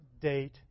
date